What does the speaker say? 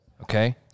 Okay